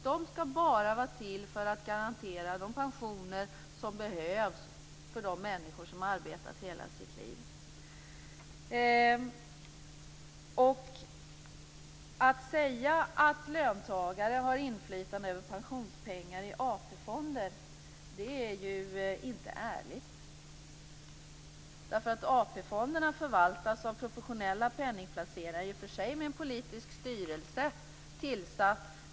De skall bara vara till för att garantera de pensioner som behövs för de människor som har arbetat i hela sitt liv. Att säga att löntagare har inflytande över pensionspengar i AP-fonder är ju inte ärligt, därför att AP-fonderna förvaltas av professionella penningplacerare, i och för sig med en politisk styrelse tillsatt.